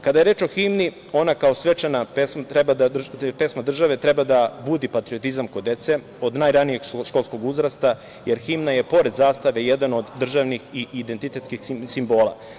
Kada je reč o himni, ona kao svečana pesma države, treba da budi patriotizam kod dece od najranijeg školskog uzrasta, jer himna je pored zastave jedan od državnih identitetskih simbola.